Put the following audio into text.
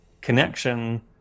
connection